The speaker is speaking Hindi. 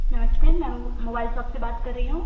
नमस्ते मैं वह मोबाइल शॉप से बात कर रही हूँ